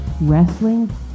Wrestling